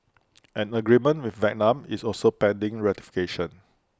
an agreement with Vietnam is also pending ratification